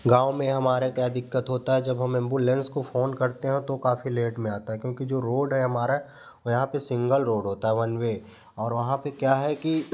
गाँव में हमारा क्या दिक्कत होता है जब हम एम्बुलेंस को फोन करते हैं तो काफ़ी लेट में आता है क्योंकि जो रोड है हमारा वो यहाँ पर सिंगल रोड होता है वन वे और वहाँ पर क्या है कि